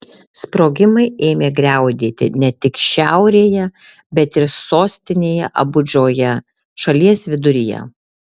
sprogimai ėmė griaudėti ne tik šiaurėje bet ir sostinėje abudžoje šalies viduryje